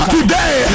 Today